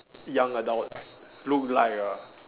young adult look like ah